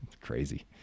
crazy